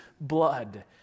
blood